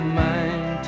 mind